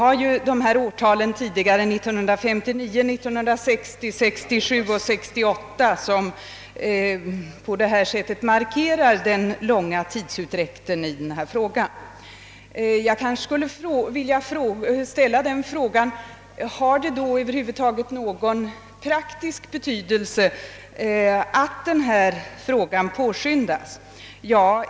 Jag har redan nämnt årtalen 1959, 1960, 1967 och 1968, vilket markerar den långa tidsutdräkten i denna fråga. Har det då över huvud taget någon praktisk betydelse att denna fråga påskyndas?